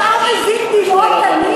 השר מזיל דמעות תנין?